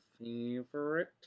favorite